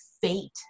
fate